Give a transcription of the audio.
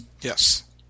Yes